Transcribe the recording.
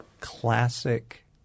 classic